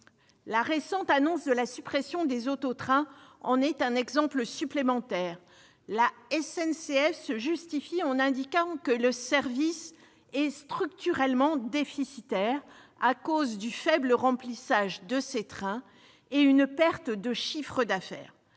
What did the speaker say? La récente annonce de la suppression des auto-trains en est un exemple supplémentaire. La SNCF se justifie en indiquant que le service est structurellement déficitaire à cause du faible remplissage de ces trains, ce qui entraîne une perte de chiffre d'affaires.